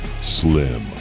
Slim